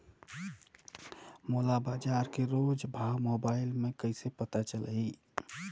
मोला बजार के रोज भाव मोबाइल मे कइसे पता चलही?